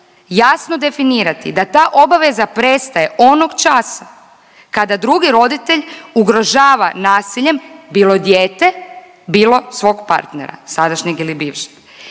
jasno definirati da ta obaveza prestaje onog časa kada drugi roditelj ugrožava nasiljem bilo dijete bilo svog partnera sadašnjeg ili bivšeg